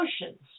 emotions